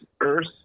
Earth